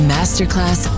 Masterclass